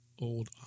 old